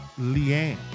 Leanne